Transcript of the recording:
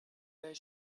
their